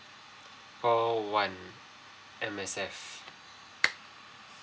call one M_S_F